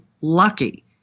lucky